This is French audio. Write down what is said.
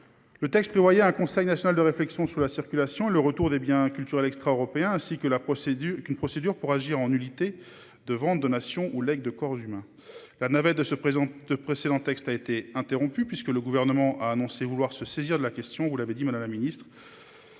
à mettre en place un Conseil national de réflexion sur la circulation et le retour de biens culturels extra-européens ainsi qu'une procédure pour agir en nullité de vente, de donation ou de legs de corps humains. La navette de ce précédent texte a été interrompue puisque le Gouvernement a annoncé vouloir se saisir de la question- vous le précisiez, madame la ministre